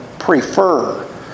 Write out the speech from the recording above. prefer